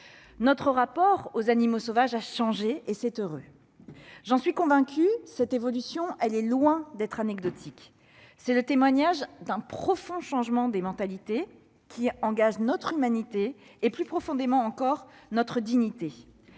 Notre rapport aux animaux sauvages a changé, et c'est heureux ! J'en suis convaincue, cette évolution est loin d'être anecdotique. C'est le témoignage d'un profond changement dans les mentalités, qui engage notre humanité et, plus profondément encore, notre dignité.